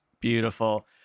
Beautiful